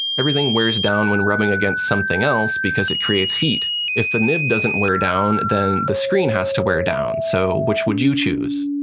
everything wears down when rubbing against something else because it creates heat. if the nib doesn't wear down, then the screen has to wear down, so which would you choose?